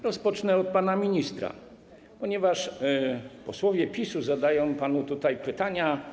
Rozpocznę od pana ministra, ponieważ posłowie PiS-u zadają panu tutaj pytania.